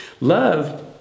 Love